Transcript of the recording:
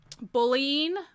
Bullying